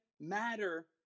matter